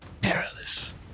perilous